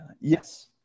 Yes